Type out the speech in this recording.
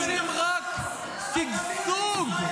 כל האשליות הללו, שהם רוצים רק שגשוג,